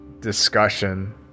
discussion